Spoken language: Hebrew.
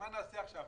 אז מה נעשה עכשיו?